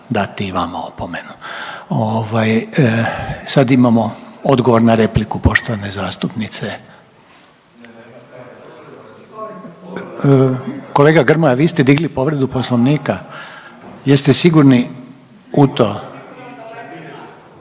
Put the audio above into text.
dati i vama opomenu. Sad imamo odgovor na repliku poštovane zastupnice. Kolega Grmoja vi ste dignuli povredu Poslovnika? Jeste sigurni u to?